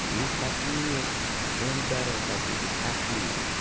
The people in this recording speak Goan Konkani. हें ताती एक दोन चार वर्सां पयलीं तातीं आं